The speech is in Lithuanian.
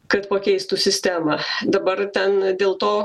kad pakeistų sistemą dabar ten dėl to